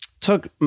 took